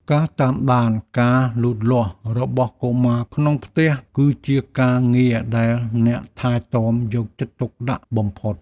ការតាមដានការលូតលាស់របស់កុមារក្នុងផ្ទះ គឺជាការងារដែលអ្នកថែទាំយកចិត្តទុកដាក់បំផុត។